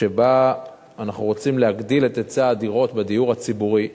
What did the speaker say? שבה אנחנו רוצים להגדיל את היצע הדירות בדיור הציבורי,